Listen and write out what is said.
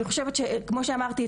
אני חושבת שכמו שאמרתי,